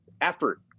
effort